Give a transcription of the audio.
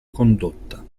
condotta